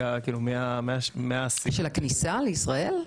של הכניסה לישראל?